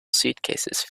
suitcases